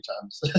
times